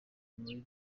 muri